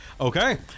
Okay